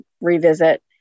revisit